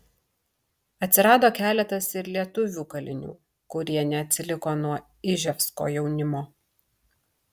atsirado keletas ir lietuvių kalinių kurie neatsiliko nuo iževsko jaunimo